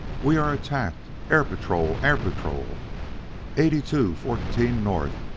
we are attacked air patrol air patrol eighty-two fourteen north,